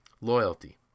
loyalty